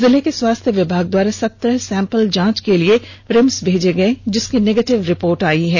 जिले के स्वास्थ्य विभाग द्वारा सत्रह सैंपल जांच के लिए रिम्स भेजे गये जिसकी निगेटिव रिर्पोट आई है